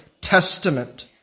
testament